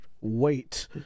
wait